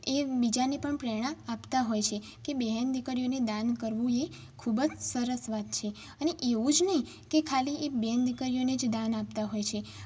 અને એ બીજાને પણ પ્રેરણા આપતા હોય છે કે બહેન દીકરીઓને દાન કરવું એ ખૂબ જ સરસ વાત છે અને એવું જ નહીં કે ખાલી એ બેન દીકરીઓને જ દાન આપતા હોય છે